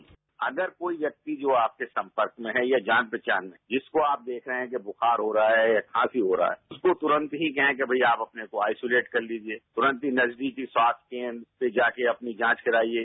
bite अगर कोई व्यक्ति जो आपके संपर्क में है या जान पहचान जिसको आप देख रहे हैं बुखार हो रहा है या खांसी हो रहा है उसको तुरंत ही कहें कि आप अपने को आइसोलेट कर लीजिए तुरंत नजदीकी स्वास्थ्य केन्द्र पर जा के अपनी जांच कराइये